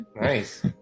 Nice